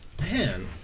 Man